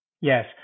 Yes